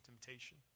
temptation